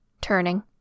turning